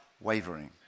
wavering